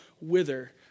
wither